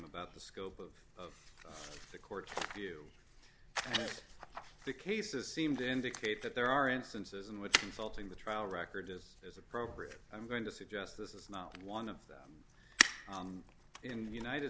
about the scope of the court's view the cases seem to indicate that there are instances in which consulting the trial record is as appropriate i'm going to suggest this is not one of them in the united